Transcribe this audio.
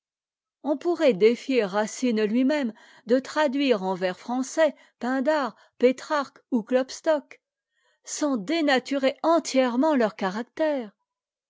on pourrait défier racine lui-même de traduire en vers français pindare pétrarque ou klopstock sans dénaturer entièrement leur caractère